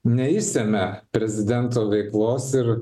neišsemia prezidento veiklos ir